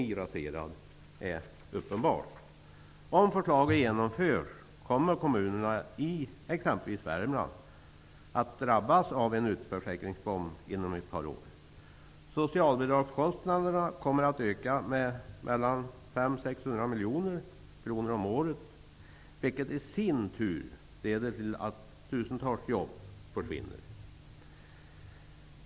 Om regeringens förslag till ny arbetslöshetsförsäkring genomförs, kommer kommunerna i t.ex. Värmland att drabbas av en utförsäkringsbomb inom ett par år. Socialbidragskostnaderna kommer att öka med 500--600 miljoner kronor om året, vilket i sin tur kan leda till att tusentals jobb inom kommunerna försvinner.